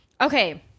Okay